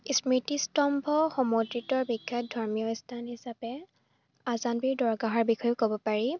স্মৃতিস্তম্ভ সমদ্ৰিত বিখ্যাত ধৰ্মীয় স্থান হিচাপে আজানপীৰ দৰগাহৰ বিষয়েও ক'ব পাৰি